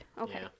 Okay